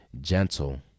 gentle